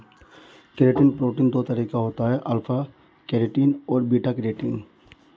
keratin protein दो तरह की होती है अल्फ़ा केरेटिन और बीटा केरेटिन